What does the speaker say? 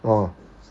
orh